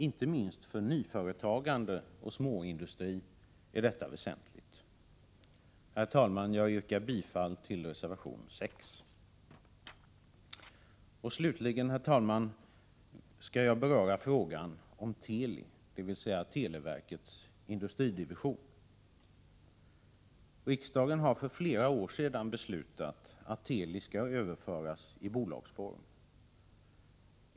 Inte minst för nyföretagande och småindustri är detta väsentligt. Herr talman! Jag yrkar bifall till reservation 6. Slutligen, herr talman, skall jag beröra frågan om Teli, dvs. televerkets industridivision. Riksdagen har för flera år sedan beslutat att Teli skall överföras i bolagsform.